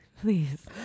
Please